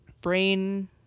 brain